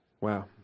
Wow